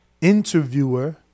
interviewer